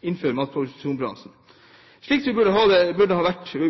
innenfor matproduksjonsbransjen, slik som de burde ha vært i